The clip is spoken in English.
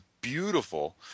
beautiful